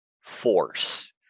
force